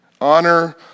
Honor